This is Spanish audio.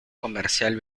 comercial